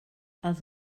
els